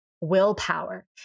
willpower